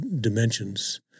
dimensions